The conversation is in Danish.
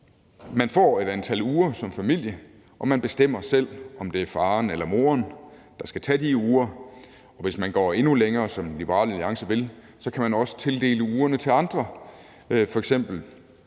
man får et antal uger som familie, og man bestemmer selv, om det er faren eller moren, der skal tage de uger. Og hvis man går endnu længere, som Liberal Alliance vil, så kan man også tildele ugerne til andre, f.eks.